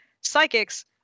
psychics